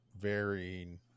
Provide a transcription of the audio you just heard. varying